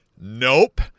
nope